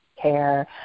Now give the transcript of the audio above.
care